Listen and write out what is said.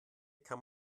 kann